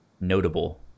notable